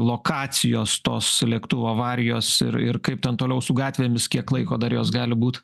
lokacijos tos lėktuvo avarijos ir ir kaip ten toliau su gatvėmis kiek laiko dar jos gali būt